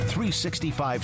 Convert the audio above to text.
365